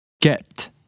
get